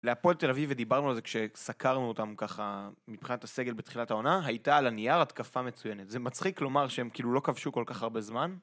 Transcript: להפועל את תל אביב, ודיברנו על זה כשסקרנו אותם ככה מבחינת הסגל בתחילת העונה, הייתה על הנייר התקפה מצוינת. זה מצחיק לומר שהם כאילו לא כבשו כל כך הרבה זמן.